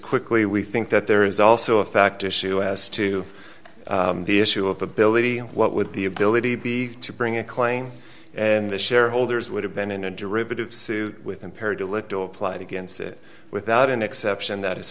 quickly we think that there is also a fact issue as to the issue of ability what with the ability be to bring a claim and the shareholders would have been in a derivative suit with impaired to look to applied against it without an exception that